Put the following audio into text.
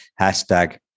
Hashtag